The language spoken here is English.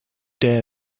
dare